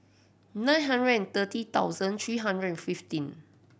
nine hundred and thirty thousand three hundred and fifteen